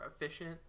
efficient